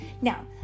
Now